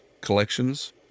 collections